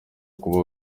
kuba